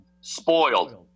spoiled